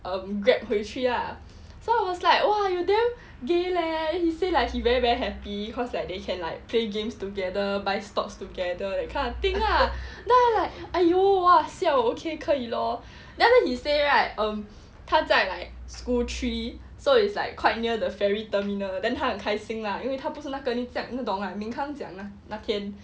uh Grab 回去 lah so I was like !wah! you damn gay leh he say like he very very happy cause like they can like play games together buy stocks together that kind of thing lah then I like !aiyo! !wah! siao okay 可以 lor then after he say right um 他在 like school three so it's like quite near the ferry terminal then 他很开心啦因为他不是那个你懂 lah ming kang 讲那天